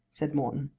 said morton.